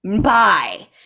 bye